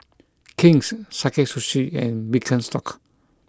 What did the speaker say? King's Sakae Sushi and Birkenstock